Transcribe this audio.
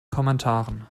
kommentaren